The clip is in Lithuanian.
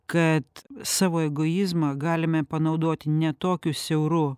kad savo egoizmą galime panaudoti ne tokiu siauru